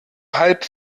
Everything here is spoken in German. halb